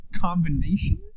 combination